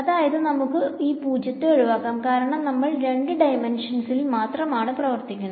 അതയത് നമുക്ക് ഈ 0 ഒഴിവാക്കാം കാരണം നമ്മൾ രണ്ട് ഡൈമെൻഷൻസിൽ മാത്രമാണ് പ്രവർത്തിക്കുന്നത്